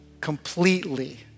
completely